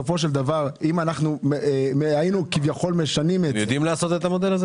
אם היינו כביכול משנים את זה.